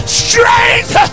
strength